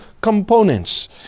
components